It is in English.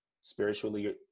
spiritually